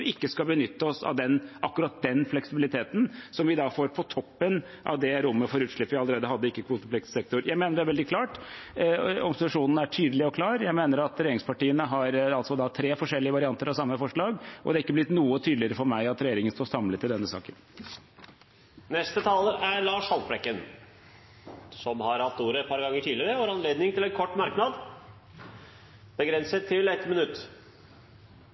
ikke skal benytte oss av akkurat den fleksibiliteten som vi får på toppen av det rommet for utslipp vi allerede hadde i ikke-kvotepliktig sektor. Jeg mener at det er veldig klart, at opposisjonen er tydelig og klar, og jeg mener at regjeringspartiene har tre forskjellige varianter av samme forslag, og det er ikke blitt noe tydeligere for meg at regjeringen står samlet i denne saken. Representanten Lars Haltbrekken har hatt ordet to ganger tidligere og får ordet til en kort merknad, begrenset til 1 minutt.